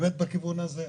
באמת בכיוון הזה,